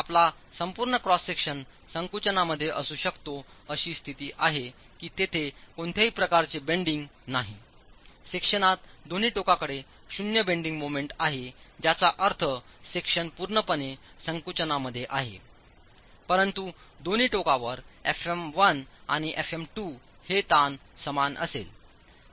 आपला संपूर्ण cross section संकुचनामध्ये असू शकतो अशी स्थिती आहे की तेथे कोणत्याही प्रकारचे बेंडिंग नाहीसेक्शनात दोन्ही टोकाकडे शून्य बेंडिंग मोमेंट आहे ज्याचा अर्थ सेक्शन पूर्णपणे संकुचनामध्ये आहे परंतु दोन्ही टोकांवर fm1 आणि fm2 हे समान ताण असेल